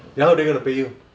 then how are they going to pay you